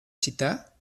città